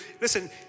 Listen